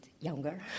younger